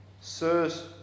Sirs